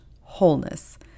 wholeness